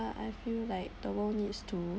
I feel like the world needs to